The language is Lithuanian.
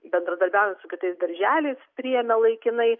bendradarbiauja su kitais darželiais priėmė laikinai